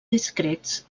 discrets